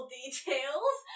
details